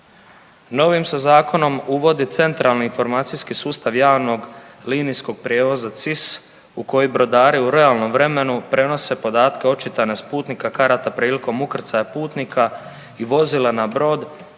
Novim se zakonom uvodi centrali informacijski sustav javnog linijskog prijevoza CIS u koji brodari u realnom vremenu prenose podatke o očitanost putnika, karata prilikom ukrcaja putnika i vozila na brod